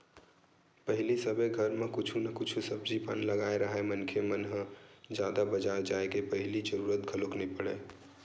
पहिली सबे घर म कुछु न कुछु सब्जी पान लगाए राहय मनखे मन ह जादा बजार जाय के पहिली जरुरत घलोक नइ पड़य